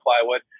plywood